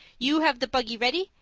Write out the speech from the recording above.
you have the buggy ready,